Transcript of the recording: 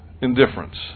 indifference